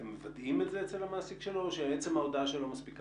אתם מוודאים את זה אצל המעסיק שלו או שעצם ההודעה שלו מספיקה?